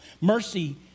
Mercy